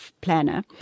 Planner